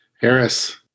Harris